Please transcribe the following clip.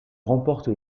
remporte